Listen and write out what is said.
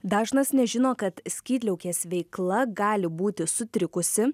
dažnas nežino kad skydliaukės veikla gali būti sutrikusi